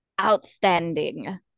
outstanding